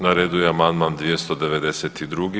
Na redu je amandman 292.